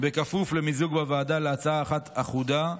כפוף למיזוג בוועדה להצעה אחת אחודה.